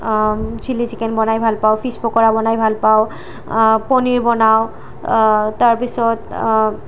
chilli chicken বনাই ভাল পাওঁ ফিছ পকৰা বনাই ভাল পাওঁ পনীৰ বনাওঁ তাৰ পিছত